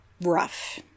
rough